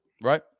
Right